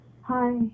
Hi